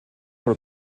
pour